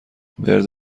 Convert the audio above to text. ورد